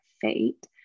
fate